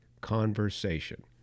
conversation